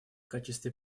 качестве